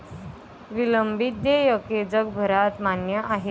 विलंबित देयके जगभरात मान्य आहेत